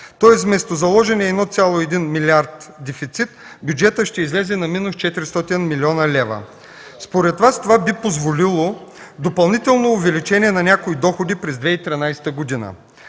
Тоест вместо заложеният 1,1 милиард дефицит бюджетът ще излезе на минус 400 млн. лв. Според Вас, това би позволило допълнително увеличение на някои доходи през 2013 г.